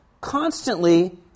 constantly